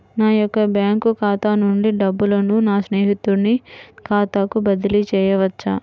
నా యొక్క బ్యాంకు ఖాతా నుండి డబ్బులను నా స్నేహితుని ఖాతాకు బదిలీ చేయవచ్చా?